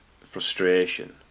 frustration